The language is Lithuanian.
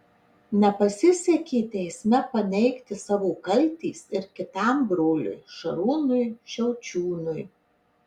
nepasisekė teisme paneigti savo kaltės ir kitam broliui šarūnui šiaučiūnui